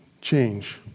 change